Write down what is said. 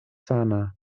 sana